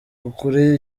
gukura